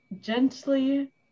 gently